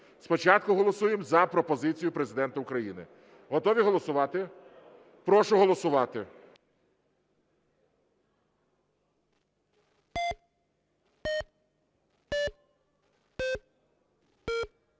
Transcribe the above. Спочатку голосуємо за пропозицію Президента України. Готові голосувати? Прошу голосувати.